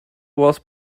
was